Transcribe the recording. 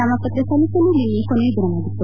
ನಾಮಪತ್ರ ಸಲ್ಲಿಸಲು ನಿನ್ನೆ ಕೊನೆ ದಿನವಾಗಿತ್ತು